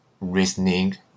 listening